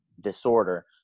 disorder